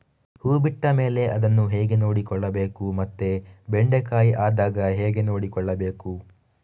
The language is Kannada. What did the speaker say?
ಹೂ ಬಿಟ್ಟ ಮೇಲೆ ಅದನ್ನು ಹೇಗೆ ನೋಡಿಕೊಳ್ಳಬೇಕು ಮತ್ತೆ ಬೆಂಡೆ ಕಾಯಿ ಆದಾಗ ಹೇಗೆ ನೋಡಿಕೊಳ್ಳಬೇಕು?